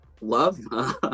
love